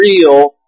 real